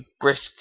brisk